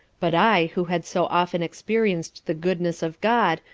but i who had so often experienced the goodness of god,